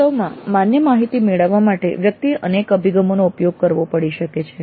વાસ્તવમાં માન્ય માહિતી મેળવવા માટે વ્યક્તિએ અનેક અભિગમોનો ઉપયોગ કરવો પડી શકે છે